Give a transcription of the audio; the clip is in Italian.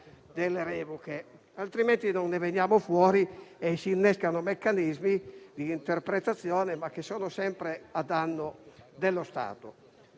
delle revoche, altrimenti dopo che ne veniamo fuori si innescano meccanismi di interpretazione, che sono sempre a danno dello Stato.